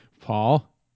paul